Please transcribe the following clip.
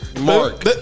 Mark